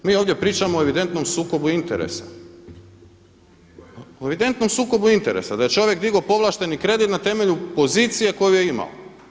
Mi ovdje pričamo o evidentnom sukobu interesa, o evidentnom sukobu interesa, da je čovjek digao povlašteni kredit na temelju pozicije koju je imao.